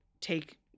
take